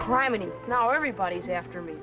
crime and now everybody's after me